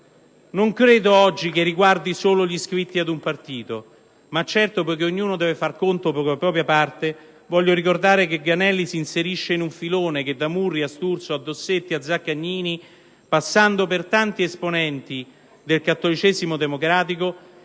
la questione riguardi solo gli iscritti ad un partito, ma, poiché ognuno deve far conto per la propria parte, voglio ricordare che Granelli s'inserisce in un filone che da Murri a Sturzo a Dossetti a Zaccagnini, passando per tanti esponenti del cattolicesimo democratico,